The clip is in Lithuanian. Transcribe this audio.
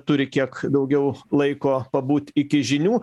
turi kiek daugiau laiko pabūt iki žinių